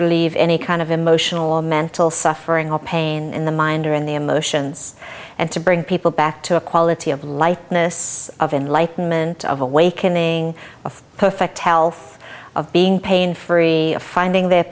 relieve any kind of emotional or mental suffering or pain in the mind or in the emotions and to bring people back to a quality of lightness of enlightenment of awakening of perfect health of being pain free of finding th